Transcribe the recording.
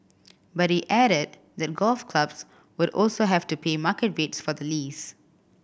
but he added that golf clubs would also have to pay market rates for the lease